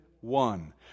one